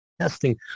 testing